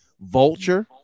Vulture